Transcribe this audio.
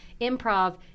improv